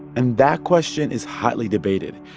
and that question is hotly debated.